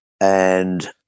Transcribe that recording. and-